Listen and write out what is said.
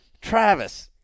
Travis